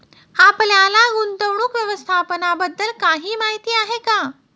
आपल्याला गुंतवणूक व्यवस्थापनाबद्दल काही माहिती आहे का?